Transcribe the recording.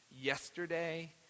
yesterday